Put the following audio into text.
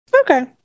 Okay